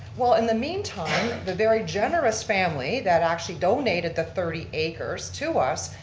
well in the mean-time, the very generous family that actually donated the thirty acres to us,